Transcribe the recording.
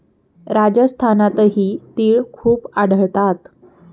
राजस्थानातही तिळ खूप आढळतात